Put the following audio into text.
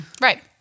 Right